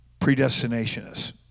predestinationists